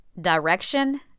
Direction